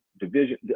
division